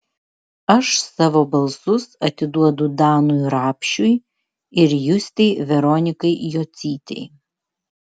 aš savo balsus atiduodu danui rapšiui ir justei veronikai jocytei